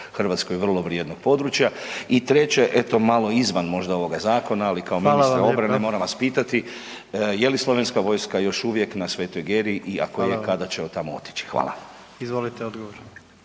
Hrvatskoj vrlo vrijednog područja? I treće, eto malo izvan možda ovoga zakona ali kao ministra obrane moram vas pitati, je li slovenska vojska još uvijek na Svetoj Geri i ako je, kada će od tamo otići? Hvala. **Jandroković,